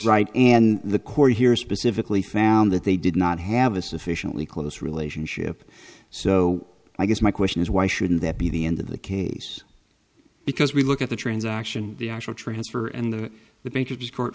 right and the court here specifically found that they did not have a sufficiently close relationship so i guess my question is why shouldn't that be the end of the case because we look at the transaction the actual transfer and the the